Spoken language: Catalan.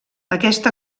aquest